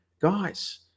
Guys